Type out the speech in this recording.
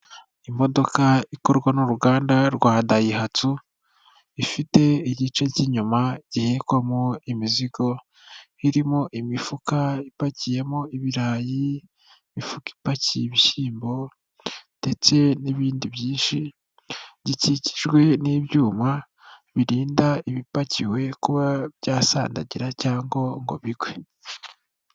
Imodoka ikorwa n'uruganda rwa dayihatsu, ifite igice cy'inyuma gihekwamo imizigo, irimo imifuka ipakiyemo ibirayi, imifuka ipakiye ibishyimbo ndetse n'ibindi byinshi, gikikijwe n'ibyuma birinda ibipakiwe kuba byasandagira cyangwa ngo bigwe.